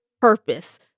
purpose